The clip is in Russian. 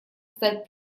стать